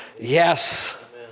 Yes